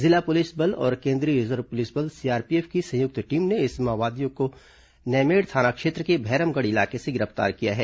जिला पुलिस बल और केंद्रीय रिजर्व पुलिस बल सीआरपीएफ की संयुक्त टीम ने इन माओवादियों को नैमेड़ थाना क्षेत्र के भैरमगढ़ इलाके से गिरफ्तार किया है